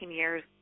years